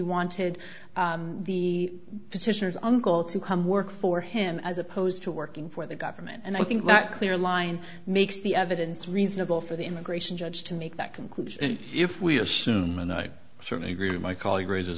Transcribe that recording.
wanted the petitioners uncle to come work for him as opposed to working for the government and i think that clear line makes the evidence reasonable for the immigration judge to make that conclusion if we assume and i certainly agree my colleague raises